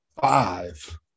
Five